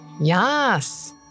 Yes